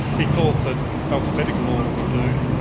he thought that alphabetical order would do.